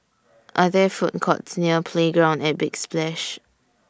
Are There Food Courts near Playground At Big Splash